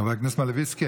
חבר הכנסת מלביצקי.